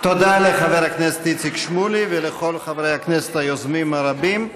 תודה לחבר הכנסת איציק שמולי ולכל חברי הכנסת היוזמים הרבים.